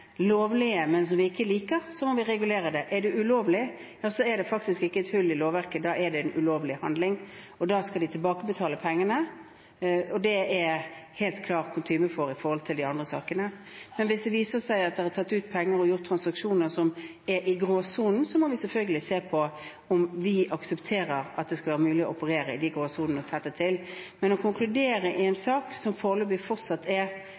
det ulovlig, er det faktisk ikke et hull i lovverket; da er det en ulovlig handling, og da skal de tilbakebetale pengene. Det er helt klart kutyme når det gjelder de andre sakene. Men hvis det viser seg at det er tatt ut penger og gjort transaksjoner som er i gråsonen, må vi selvfølgelig se på om vi aksepterer at det skal være mulig å operere i de gråsonene, og tette til. Men å konkludere i en sak som foreløpig fortsatt er